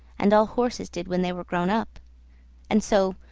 and all horses did when they were grown up and so,